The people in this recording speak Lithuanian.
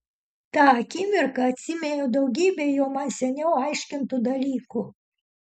tą akimirką atsiminiau daugybę jo man seniau aiškintų dalykų